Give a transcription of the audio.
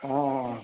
অঁ অঁ অঁ